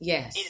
Yes